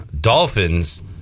Dolphins